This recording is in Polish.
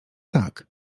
tak